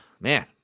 man